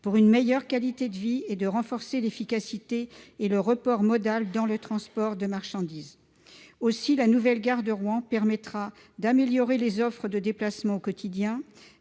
pour une meilleure qualité de vie, et de renforcer l'efficacité et le report modal dans le transport de marchandises. La nouvelle gare de Rouen permettra d'améliorer les offres de déplacement du quotidien,